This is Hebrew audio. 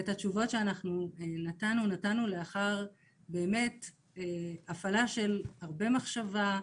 את התשובות שנתנו נתנו לאחר הפעלה של הרבה מחשבה,